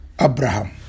Abraham